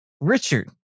Richard